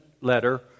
letter